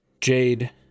Jade